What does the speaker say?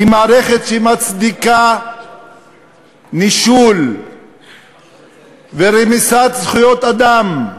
היא מערכת שמצדיקה נישול ורמיסת זכויות אדם,